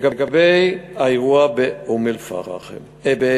לגבי האירוע בטייבה.